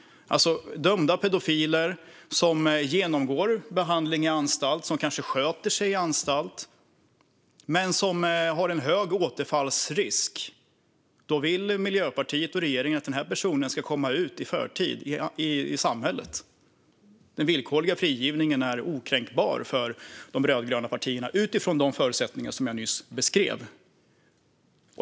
Dömda pedofiler som genomgår behandling och kanske sköter sig på anstalt kan ändå ha en hög återfallsrisk. Regeringen och Miljöpartiet vill att sådana personer ska komma ut i samhället i förtid. Den villkorliga frigivningen är okränkbar för de rödgröna partierna, utifrån de förutsättningar som jag nyss beskrev.